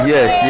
Yes